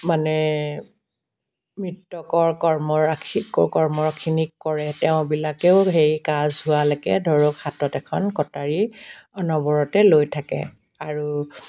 মানে মৃতকৰ কৰ্মৰাশি কৰ্মখিনি কৰে তেওঁবিলাকেও সেই কাজ হোৱা লৈকে ধৰক হাতত এখন কটাৰী অনৰতে লৈ থাকে আৰু